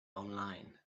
online